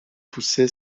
pousser